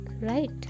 right